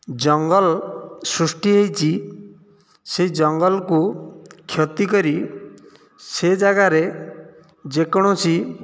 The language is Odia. ଜଙ୍ଗଲ ସୃଷ୍ଟି ହୋଇଛି ସେ ଜଙ୍ଗଲକୁ କ୍ଷତି କରି ସେ ଜାଗାରେ ଯେକୌଣସି